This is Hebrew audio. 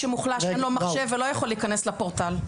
שמוחלש ואין לו מחשב לא יכול להיכנס לפורטל.